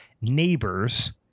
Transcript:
neighbors